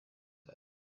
set